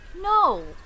No